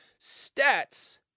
Stats